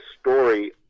story